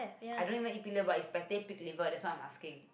I don't even eat pig liver is pate pig liver that's what I'm asking